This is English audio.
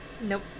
Nope